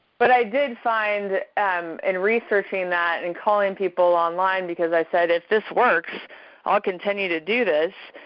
but i did find um in researching that and calling people online because i said if this works i'll continue to do this,